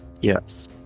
Yes